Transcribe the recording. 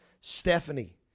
Stephanie